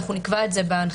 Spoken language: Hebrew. אנחנו נקבע את זה בהנחיות,